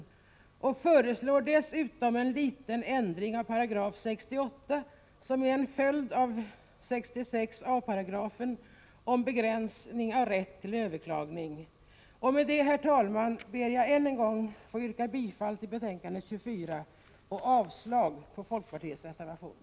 Utskottet föreslår dessutom en liten ändring av 68§, som en följd av den föreslagna 66a§ om begränsning av rätt till överklagande. Med detta, herr talman, ber jag än en gång att få yrka bifall till utskottets hemställan i betänkande 24 och avslag på folkpartiets reservation.